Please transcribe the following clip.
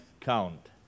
count